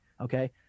Okay